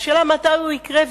השאלה מתי הוא יקרה,